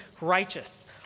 righteous